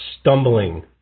stumbling